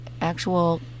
actual